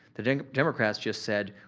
the democrats just said,